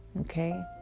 okay